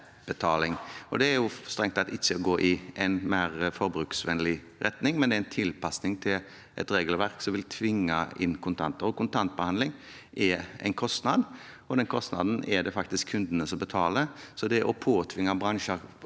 Det er jo strengt tatt ikke å gå i en mer forbrukervennlig retning, men er en tilpasning til et regelverk som vil tvinge inn kontanter. Kontantbehandling har en kostnad, og den kostnaden er det faktisk kundene som betaler. Det å påtvinge bransjer